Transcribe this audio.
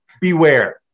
beware